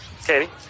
Katie